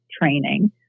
training